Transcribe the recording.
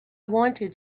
wanted